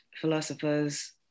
philosophers